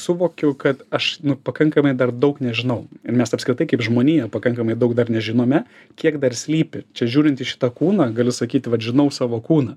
suvokiu kad aš nu pakankamai dar daug nežinau mes apskritai kaip žmonija pakankamai daug dar nežinome kiek dar slypi čia žiūrint į šitą kūną gali sakyti vat žinau savo kūną